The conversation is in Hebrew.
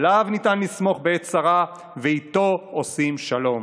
עליו ניתן לסמוך בעת צרה ואיתו עושים שלום.